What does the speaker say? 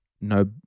no